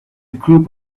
group